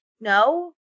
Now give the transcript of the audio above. No